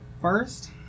first